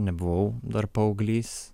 nebuvau dar paauglys